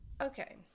Okay